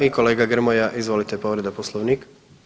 I kolega Grmoja, izvolite povreda poslovnika.